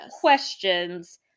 questions